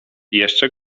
jeszcze